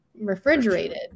refrigerated